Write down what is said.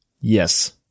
Yes